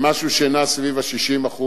למשהו שנע סביב ה-60%,